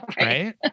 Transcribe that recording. Right